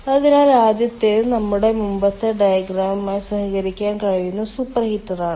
അതിനാൽ ആദ്യത്തേത് നമ്മുടെ മുമ്പത്തെ ഡയഗ്രാമുമായി സഹകരിക്കാൻ കഴിയുന്ന സൂപ്പർഹീറ്റാണ്